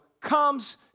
comes